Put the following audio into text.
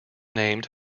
named